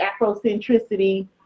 Afrocentricity